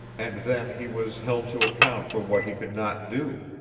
and then he was held to account for what he could not do.